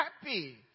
happy